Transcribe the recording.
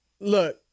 look